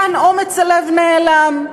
כאן אומץ הלב נעלם.